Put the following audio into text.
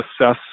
assess